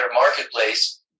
marketplace